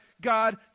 God